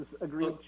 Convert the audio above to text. agreed